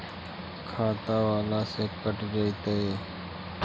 खाता बाला से कट जयतैय?